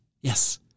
Yes